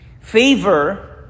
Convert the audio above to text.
Favor